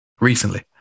recently